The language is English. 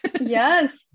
Yes